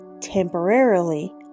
temporarily